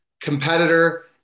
competitor